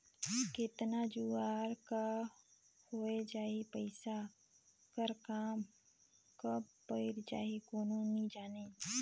केतना जुवार का होए जाही, पइसा कर काम कब पइर जाही, कोनो नी जानें